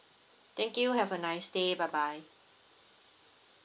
thank you have a nice day bye bye